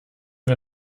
wir